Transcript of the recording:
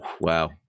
wow